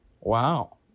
Wow